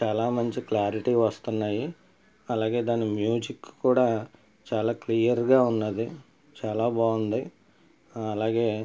చాలా మంచి క్లారిటీ వస్తున్నాయి అలాగే దాని మ్యూజిక్ కూడా చాలా క్లియర్ గా ఉన్నది చాలా బాగుంది అలాగే